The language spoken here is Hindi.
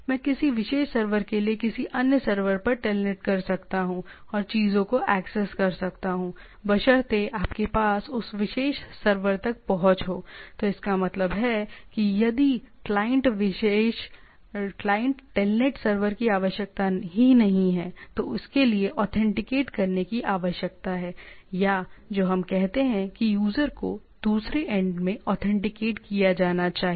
मैं किसी विशेष सर्वर के लिए किसी अन्य सर्वर पर टेलनेट कर सकता हूं और चीजों को एक्सेस कर सकता हूं बशर्ते आपके पास उस विशेष सर्वर तक पहुंच हो तो इसका मतलब है कियदि क्लाइंट टेलनेट सर्वर की आवश्यकता ही नहीं है तो उसके लिए ऑथेंटिकेट करने की आवश्यकता है या जो हम कहते हैं कि यूजर को दूसरे एंड से ऑथेंटिकेट किया जाना चाहिए